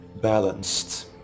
balanced